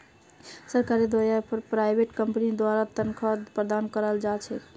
सरकारेर द्वारा या प्राइवेट कम्पनीर द्वारा तन्ख्वाहक प्रदान कराल जा छेक